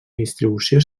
distribució